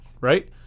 Right